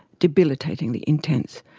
debilitatingly intense.